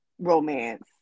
romance